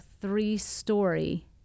three-story